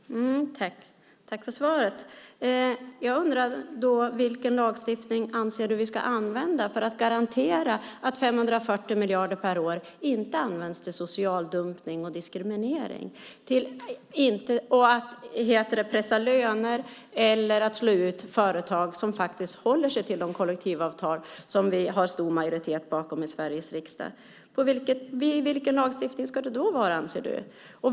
Fru talman! Tack för svaret, Göran Pettersson! Jag undrar vilken lagstiftning du anser att vi ska använda för att garantera att 540 miljarder inte används till social dumpning och diskriminering, till att pressa löner eller till att slå ut de företag som håller sig till de kollektivavtal som vi har stor majoritet för i Sveriges riksdag. Vilken lagstiftning ska det vara anser du?